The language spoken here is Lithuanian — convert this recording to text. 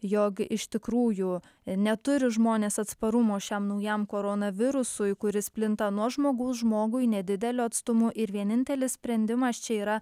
jog iš tikrųjų neturi žmonės atsparumo šiam naujam koronavirusui kuris plinta nuo žmogaus žmogui nedideliu atstumu ir vienintelis sprendimas čia yra